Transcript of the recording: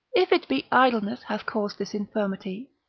if it be idleness hath caused this infirmity,